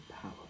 power